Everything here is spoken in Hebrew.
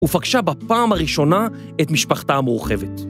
‫ופגשה בפעם הראשונה ‫את משפחתה המורחבת